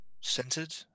centered